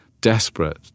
desperate